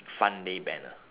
fun day banner